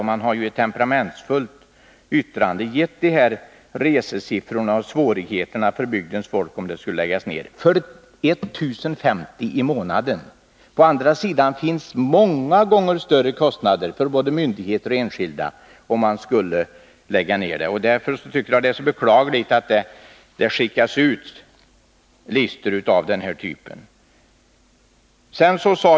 Han har i ett temperamentsfullt yttrande lämnat uppgifter på hyreskostnader på endast 1050 kr. i månaden. Å andra sidan skulle en nedläggning medföra många gånger högre kostnader för både myndigheter och enskilda. Det är därför mycket beklagligt att listor av den här typen skickas ut.